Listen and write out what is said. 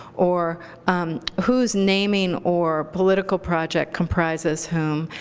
or whose naming or political project comprises whom.